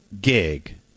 gig